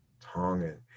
Tongan